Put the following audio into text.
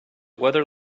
weather